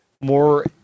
more